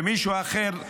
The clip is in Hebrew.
כשמישהו אחר,